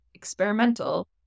experimental